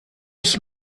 ich